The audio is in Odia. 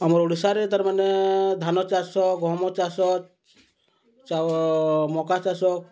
ଆମର୍ ଓଡ଼ିଶାରେ ତା'ର୍ମାନେ ଧାନ ଚାଷ ଗହମ ଚାଷ ମକା ଚାଷ